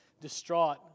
distraught